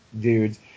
dudes